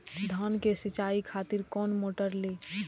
धान के सीचाई खातिर कोन मोटर ली?